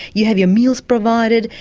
you have your meals provided,